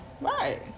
Right